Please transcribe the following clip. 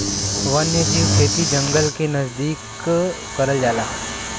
वन्यजीव खेती जंगल के नजदीक करल जाला